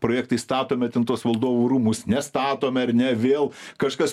projektai statomi ten tuos valdovų rūmus nestatome ar ne vėl kažkas